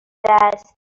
است